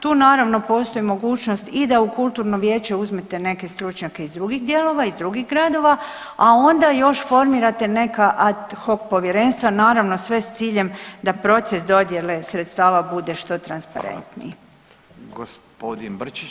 Tu naravno, postoji mogućnost i da u kulturno vijeće uzmete neke stručnjake iz drugih dijelova, iz drugih gradova, a onda još formirate neka ad hoc povjerenstva, naravno, sve s ciljem da proces dodjele sredstava bude što transparentniji.